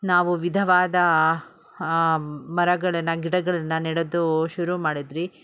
ನಾವು ವಿಧವಾದ ಮರಗಳನ್ನು ಗಿಡಗಳನ್ನ ನೆಡೋದು ಶುರು ಮಾಡಿದ್ರಿ